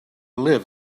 live